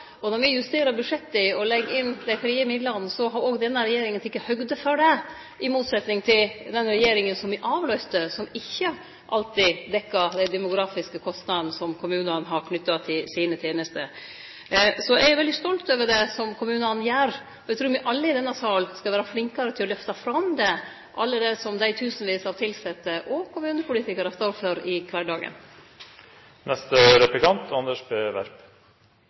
Når me justerer budsjetta og legg inn dei frie midlane, har òg denne regjeringa teke høgd for det, i motsetning til den regjeringa som me avløyste, som ikkje alltid dekte dei demografiske kostnadene som kommunane har knytt til sine tenester. Eg er veldig stolt over det kommunane gjer. Eg trur me alle i denne salen skal verte flinkare til å lyfte fram det alle dei tusenvis av tilsette og kommunepolitikarane står for i kvardagen.